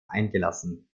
eingelassen